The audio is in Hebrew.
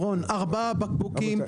בענף,